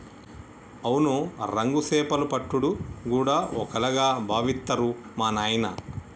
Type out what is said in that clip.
అవును రంగా సేపలు పట్టుడు గూడా ఓ కళగా బావిత్తరు మా నాయిన